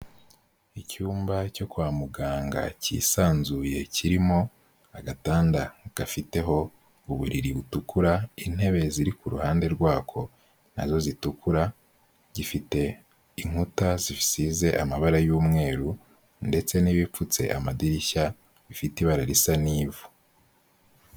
Icyumba cyo kwa muganga cyisanzuye kirimo agatanda gafiteho uburiri butukura, intebe ziri ku ruhande rwako nazo zitukura, gifite inkuta zisize amabara y'umweru ndetse n'ibipfutse amadirishya bifite ibara risa n'ivu.